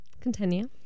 Continue